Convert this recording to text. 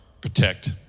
protect